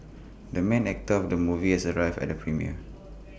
the main actor of the movie has arrived at the premiere